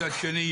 מצד שני,